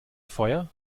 feuer